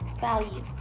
value